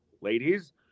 ladies